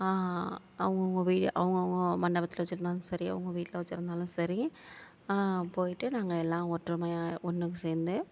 அவங்க அவங்க வீ அவங்க அவங்க மண்டபத்தில் வச்சிருந்தாலும் சரி அவங்க வீட்டில் வச்சிருந்தாலும் சரி போய்ட்டு நாங்கள் எல்லாம் ஒற்றுமையாக ஒன்று சேர்ந்து